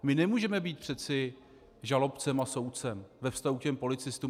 My nemůžeme být přeci žalobcem a soudcem ve vztahu k těm policistům.